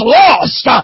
lost